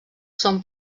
són